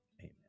Amen